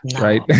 right